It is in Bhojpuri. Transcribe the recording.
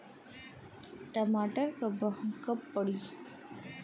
टमाटर क बहन कब पड़ी?